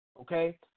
okay